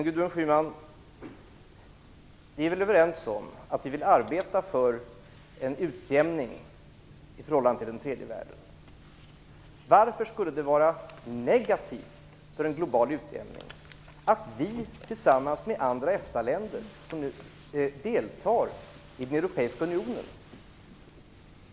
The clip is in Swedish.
Herr talman! Vi är överens om, Gudrun Schyman, att vi vill arbeta för en utjämning i förhållande till den tredje världen. Varför skall det vara negativt för en global utjämning att Sverige agerar tillsammans med andra EFTA-länder som deltar i den europeiska unionen?